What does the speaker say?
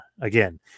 again